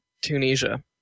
Tunisia